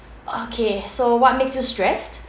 okay so what makes you stressed